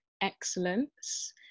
excellence